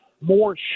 more